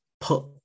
put